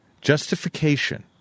justification